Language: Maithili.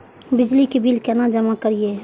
बिजली के बिल केना जमा करिए?